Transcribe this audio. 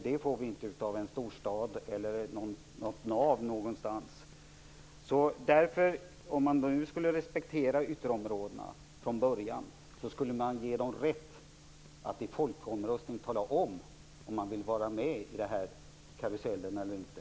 Det får vi inte av en storstad eller av något nav någonstans. Om man respekterade ytterområdena, skulle man från början ge dem rätt att i folkomröstning säga om de vill vara med i den här karusellen eller inte.